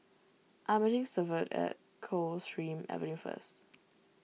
I'm meeting Severt at Coldstream Avenue first